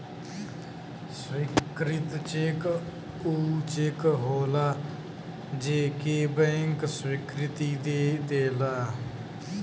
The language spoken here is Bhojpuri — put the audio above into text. स्वीकृत चेक ऊ चेक होलाजे के बैंक स्वीकृति दे देला